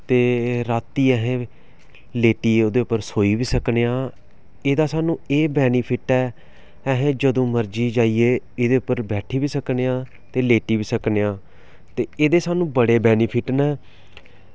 ते रातीं अस लेटियै ओह्दे पर सेई बी सकने आं एह्दा सानूं एह् बेनीफिट ऐ असें जदूं मरजी जाइयै एह्दे पर बैठी बी सकने आं ते लेटी बी सकने आं ते एह्दे सानूं बड़े बेनीफिट न